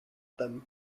them